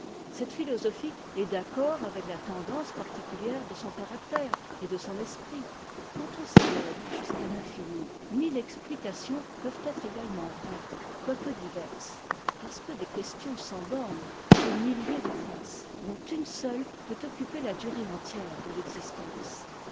cette philosophie est'd'acéord avec la tendance particulière de son caractère et de son esprit quand on s'élève jusqu'à l'infini mille explications peuvent être également vr àies quoique diverses parce que des questions sans bornes ont des milliers de faces dont une seule peut occuper la durée entière de l'existence